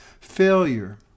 failure